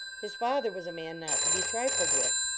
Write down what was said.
his father was a man not to be trilled with.